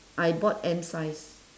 I bought M size